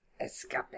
Escape